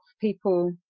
people